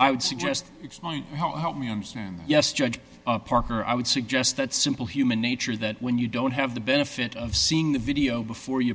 i would suggest how to help me understand yes judge parker i would suggest that simple human nature that when you don't have the benefit of seeing the video before you